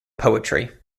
poetry